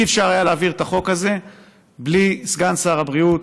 לא היה אפשר להעביר את החוק הזה בלי סגן שר הבריאות